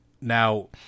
Now